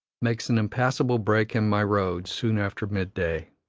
makes an impassable break in my road soon after mid-day.